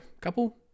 couple